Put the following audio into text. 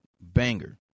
banger